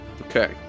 Okay